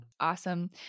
Awesome